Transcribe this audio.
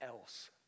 else